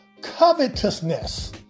covetousness